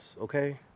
okay